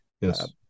Yes